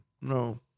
No